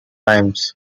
times